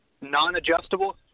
Non-adjustable